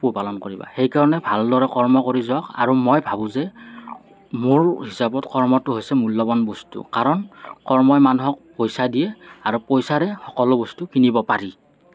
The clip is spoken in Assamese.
পোহপালন কৰিবা সেইকাৰণে ভালদৰে কৰ্ম কৰি যওঁক আৰু মই ভাবোঁ যে মোৰ হিচাপত কৰ্মটো হৈছে মূল্যৱান বস্তু কাৰণ কৰ্মই মানুহক পইচা দিয়ে আৰু পইচাৰে সকলো বস্তু কিনিব পাৰি